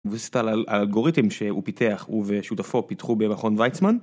אלגוריתם שהוא פיתח, הוא ושותפו פיתחו במכון ויצמן.